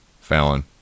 Fallon